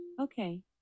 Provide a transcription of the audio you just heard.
Okay